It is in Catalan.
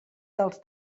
del